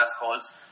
assholes